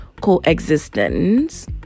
coexistence